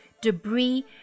debris